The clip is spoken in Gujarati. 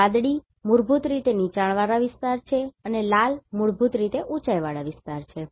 વાદળી મૂળભૂત રીતે નીચાણવાળા વિસ્તારો છે અને લાલ મૂળભૂત રીતે ઉંચાઈ વાળા વિસ્તારો છે